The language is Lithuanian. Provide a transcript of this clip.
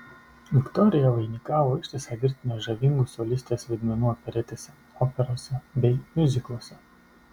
viktorija vainikavo ištisą virtinę žavingų solistės vaidmenų operetėse operose bei miuzikluose